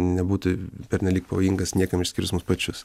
nebūtų pernelyg pavojingas niekam išskyrus mus pačius